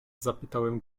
zapytałem